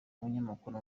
umunyamakuru